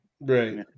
Right